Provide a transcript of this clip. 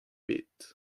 bet